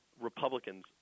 Republicans